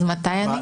אז מתי אני?